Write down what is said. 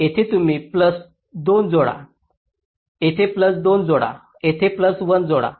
समजा येथे तुम्ही प्लस 2 जोडा येथे प्लस 2 जोडा येथे प्लस 1 जोडा